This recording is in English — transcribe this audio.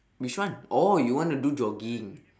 which one oh you want to do jogging